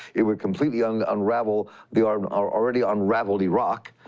it would completely and unravel the um already unraveled iraq.